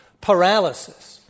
paralysis